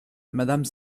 madame